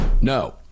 No